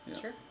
Sure